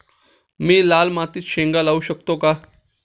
मी लाल मातीत शेंगा लावू शकतो का?